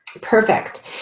Perfect